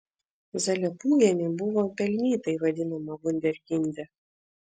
zalepūgienė buvo pelnytai vadinama vunderkinde